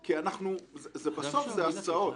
כי בסוף זה הסעות,